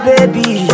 Baby